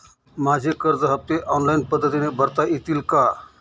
माझे कर्ज हफ्ते ऑनलाईन पद्धतीने भरता येतील का?